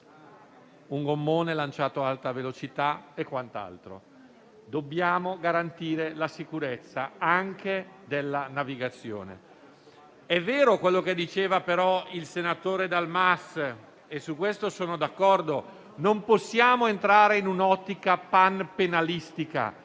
un gommone lanciato ad alta velocità e quant'altro. Dobbiamo garantire la sicurezza, anche della navigazione. È vero ciò che diceva, però, il senatore Dal Mas e su questo sono d'accordo. Non possiamo entrare in un'ottica panpenalistica.